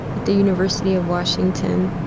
the university of washington,